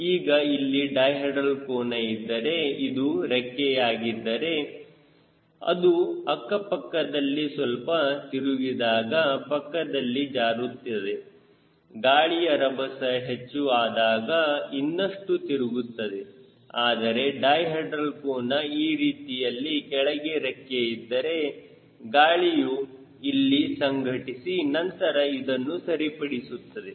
ಈಗ ಇಲ್ಲಿ ಡೈಹೆಡ್ರಲ್ ಕೋನ ಇದ್ದರೆ ಇದು ರೆಕ್ಕೆಯಾಗಿದ್ದರೆ ಅದು ಅಕ್ಕಪಕ್ಕದಲ್ಲಿ ಸ್ವಲ್ಪ ತಿರುಗಿದಾಗ ಪಕ್ಕದಲ್ಲಿ ಜಾರುತ್ತದೆ ಗಾಳಿಯ ರಭಸ ಹೆಚ್ಚು ಆದಾಗ ಇನ್ನಷ್ಟು ತಿರುಗುತ್ತದೆ ಆದರೆ ಡೈಹೆಡ್ರಲ್ ಕೋನ ಈ ರೀತಿಯಲ್ಲಿ ಕೆಳಗೆ ರೆಕ್ಕೆ ಇದ್ದರೆ ಗಾಳಿಯು ಇಲ್ಲಿ ಸಂಘಟಿಸಿ ನಂತರ ಇದನ್ನು ಸರಿಪಡಿಸುತ್ತದೆ